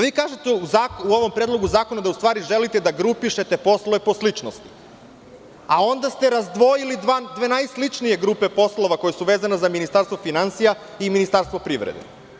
Vi kažete u ovom predlogu zakona da u stvari da želite da grupišete poslove po sličnosti, a onda ste razdvojili dve najsličnije grupe poslova koje su vezane za Ministarstvo finansija i Ministarstvo privrede.